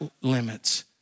limits